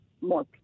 more